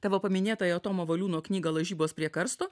tavo paminėtąją tomo valiūno knygą lažybos prie karsto